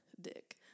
dick